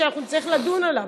שאנחנו נצטרך לדון עליו,